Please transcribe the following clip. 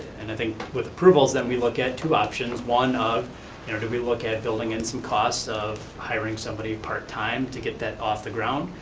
and i think with approvals, that we look at two options. one, you know do we look at at building in some costs of hiring somebody part-time to get that off the ground,